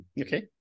Okay